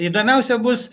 įdomiausia bus